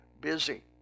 busy